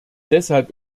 deshalb